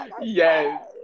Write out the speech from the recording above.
Yes